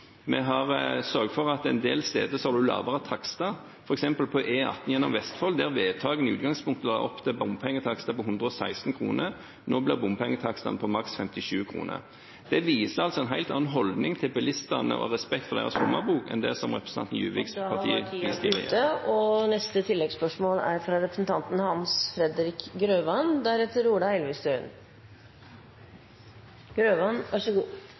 Vi har sørget for at man en del steder har lavere takster, f.eks. på E 18 gjennom Vestfold, der vedtakene i utgangspunktet la opp til bompengetakster på 116 kr, nå ble bompengetakstene på maks 57 kr. Det viser en helt annen holdning til bilistene og respekt for deres lommebok enn det som representanten Juviks parti … Da var tiden ute. Hans Fredrik Grøvan